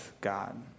God